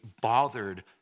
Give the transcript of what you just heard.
bothered